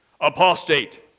Apostate